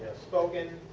spoken